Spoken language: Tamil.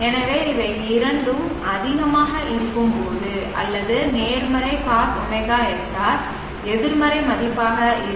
எனவே இவை இரண்டும் அதிகமாக இருக்கும்போது அல்லது நேர்மறை cos ωsr எதிர்மறை மதிப்பாக இருக்கும்